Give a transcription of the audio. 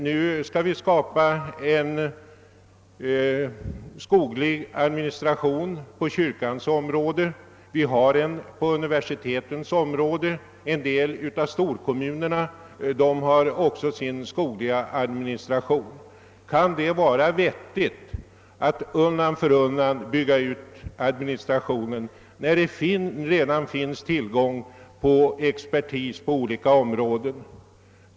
Nu skall vi skapa en skoglig administration på kyrkans område. Vi har en på universitetens område. En del av storkommunerna har också sin skogliga administration. Kan det vara vettigt att undan för undan bygga ut administrationen, när det redan finns tillgång på expertis i olika områden?